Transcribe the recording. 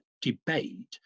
debate